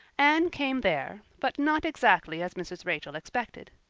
anne came there, but not exactly as mrs. rachel expected.